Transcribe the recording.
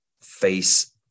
face